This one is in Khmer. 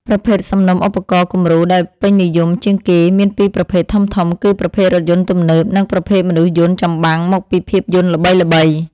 ប្រភេទសំណុំឧបករណ៍គំរូដែលពេញនិយមជាងគេមានពីរប្រភេទធំៗគឺប្រភេទរថយន្តទំនើប និងប្រភេទមនុស្សយន្តចម្បាំងមកពីភាពយន្តល្បីៗ។